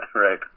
right